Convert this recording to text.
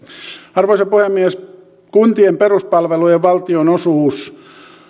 arvoisa puhemies kuntien peruspalvelujen valtionosuus